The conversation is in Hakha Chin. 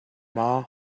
maw